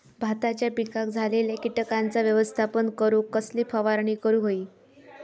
भाताच्या पिकांक झालेल्या किटकांचा व्यवस्थापन करूक कसली फवारणी करूक होई?